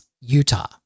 Utah